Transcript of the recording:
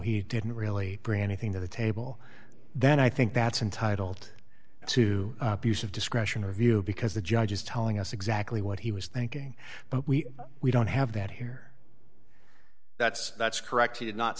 he didn't really bring anything to the table then i think that's intitled to use of discretion review because the judge is telling us exactly what he was thinking but we we don't have that here that's that's correct he did not